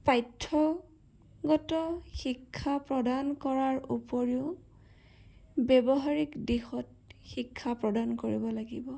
পাঠ্যগত শিক্ষা প্ৰদান কৰাৰ উপৰিও ব্যৱহাৰিক দিশত শিক্ষা প্ৰদান কৰিব লাগিব